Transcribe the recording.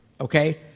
okay